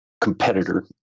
competitor